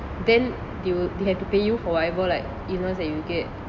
then they will they have to pay you for whatever like illness that you get